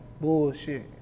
bullshit